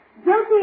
guilty